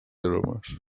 aromes